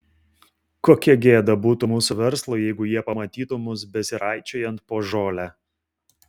kokia gėda būtų mūsų verslui jeigu jie pamatytų mus besiraičiojant po žolę